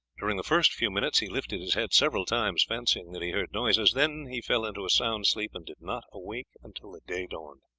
during the first few minutes he lifted his head several times fancying that he heard noises then he fell into a sound sleep and did not awake until the day dawned.